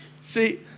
See